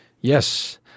Yes